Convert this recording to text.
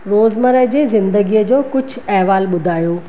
रोज़मरह जे ज़िंदगीअ जो कुझु अहिवालु ॿुधायो